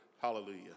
Hallelujah